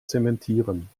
zementieren